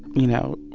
you know,